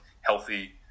healthy